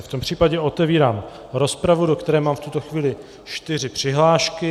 V tom případě otevírám rozpravu, do které mám v tuto chvíli čtyři přihlášky.